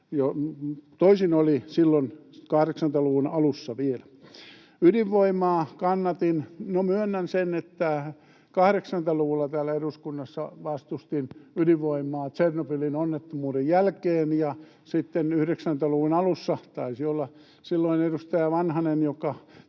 toisin oli silloin 80-luvun alussa vielä. Ydinvoimaa kannatin. No, myönnän sen, että 80-luvulla täällä eduskunnassa vastustin ydinvoimaa Tšernobylin onnettomuuden jälkeen, ja sitten 90-luvun alussa — taisi olla silloin edustaja Vanhanen,